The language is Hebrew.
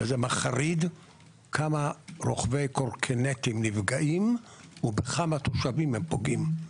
וזה מחריד כמה רוכבי קורקינטים נפגעים ובכמה תושבים הם פוגעים.